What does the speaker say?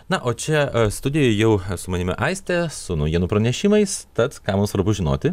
na o čia studijoje jau su manimi aistė su naujienų pranešimais tad ką mums svarbu žinoti